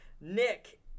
Nick